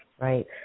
right